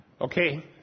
Okay